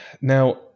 Now